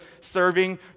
serving